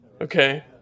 Okay